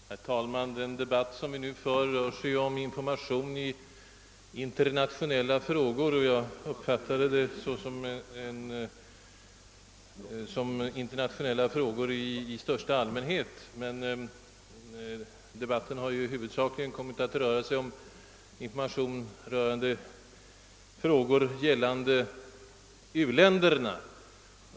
Herr talman! Den pågående debatten handlar om information i internationella frågor. Jag uppfattade ämnet för debatien såsom gällande internationella frågor i största allmänhet, men diskussionen har huvudsakligen kommit att röra sig om information i frågor gällande u-länderna.